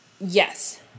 Yes